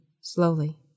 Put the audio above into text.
slowly